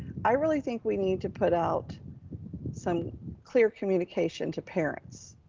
i really think we need to put out some clear communication to parents